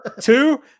two